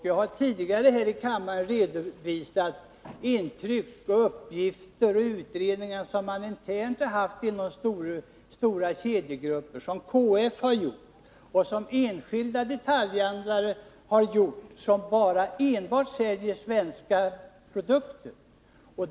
Jag har tidigare i kammaren redovisat intryck, uppgifter och utredningar som stora kedjegrupper har gjort internt. KF har gjort sådana liksom enskilda detaljhandlare, som säljer enbart svenska produkter.